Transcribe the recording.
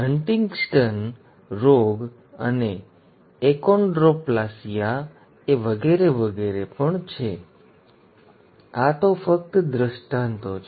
Huntington રોગ અને achondroplasia વગેરે વગેરે પણ એવા જ છે આ તો ફક્ત દૃષ્ટાંતો છે